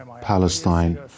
Palestine